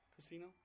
Casino